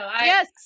Yes